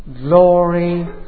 glory